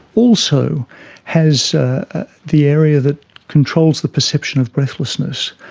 also has the area that controls the perception of breathlessness.